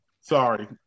sorry